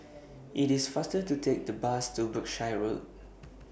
IT IS faster to Take The Bus to Berkshire Road